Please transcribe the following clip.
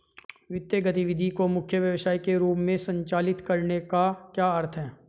वित्तीय गतिविधि को मुख्य व्यवसाय के रूप में संचालित करने का क्या अर्थ है?